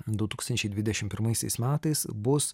du tūkstančiai dvidešimt pirmaisiais metais bus